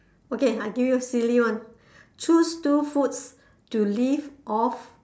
okay I give you silly one choose two foods to live off